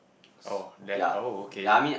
oh that oh okay